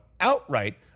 outright